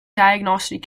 diagnostic